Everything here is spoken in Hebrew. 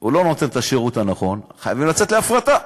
הוא לא נותן את השירות הנכון, חייבים לצאת להפרטה.